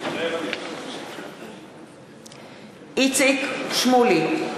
מתחייב אני איציק שמולי,